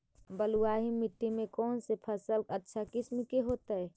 बलुआही मिट्टी में कौन से फसल अच्छा किस्म के होतै?